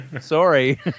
sorry